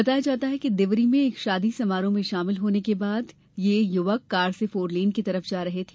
बताया जाता है कि देवरी में एक शादी समारोह में शामिल होने के बाद यह युवक कार से फोरलेन की तरफ जा रहे थे